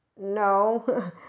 No